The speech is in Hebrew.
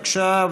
בבקשה,